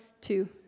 two